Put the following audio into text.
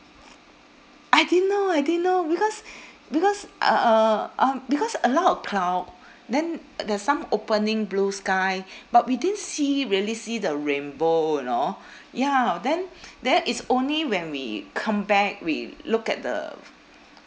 I didn't know I didn't know because because uh uh um because a lot of cloud then there's some opening blue sky but we didn't see really see the rainbow you know ya then then is only when we come back we look at the